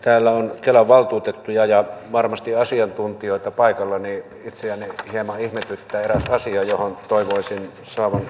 täällä on kelan valtuutettuja ja varmasti asiantuntijoita paikalla ja itseäni hieman ihmetyttää eräs asia johon toivoisin saavani